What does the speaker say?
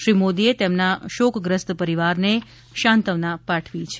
શ્રી મોદીએ તેમના શોકગ્રસ્ત પરિવારને સાંત્વના પાઠવી છે